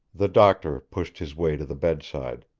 the doctor pushed his way to the bedside.